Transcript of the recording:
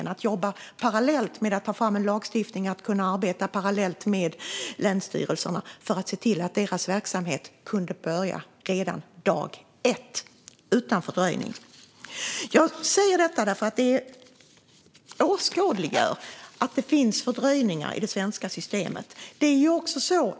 Man borde ha jobbat parallellt med att ta fram en lagstiftning om att kunna arbeta parallellt med länsstyrelserna för att se till att deras verksamhet kunde börja redan dag ett, utan fördröjning. Jag säger detta därför att det åskådliggör att det finns fördröjningar i det svenska systemet.